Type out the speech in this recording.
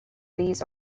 these